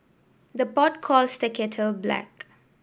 the pot calls the kettle black